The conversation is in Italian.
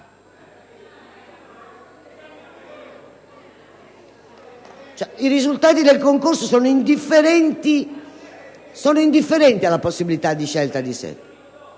I risultati del concorso sono indifferenti alla possibilità di scelta della